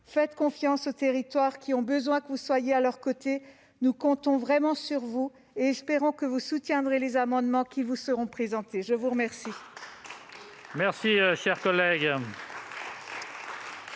faites confiance aux territoires qui ont besoin que vous soyez à leurs côtés ; nous comptons sur vous et espérons que vous soutiendrez les amendements qui vous seront présentés. La discussion